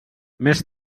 més